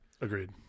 Agreed